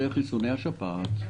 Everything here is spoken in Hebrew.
והוא חיסוני השפעת.